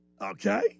Okay